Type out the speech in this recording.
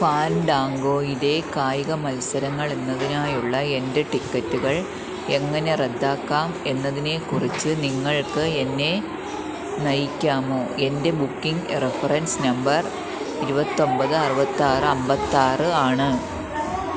ഫാൻഡാങ്കോയിലെ കായിക മത്സരങ്ങൾ എന്നതിനായുള്ള എൻ്റെ ടിക്കറ്റുകൾ എങ്ങനെ റദ്ദാക്കാം എന്നതിനെക്കുറിച്ച് നിങ്ങൾക്ക് എന്നെ നയിക്കാമോ എൻ്റെ ബുക്കിംഗ് റഫറൻസ് നമ്പർ ഇരുപത്തൊമ്പത് അറുപത്തിയാറ് അമ്പത്തിയാറ് ആണ്